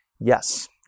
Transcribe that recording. yes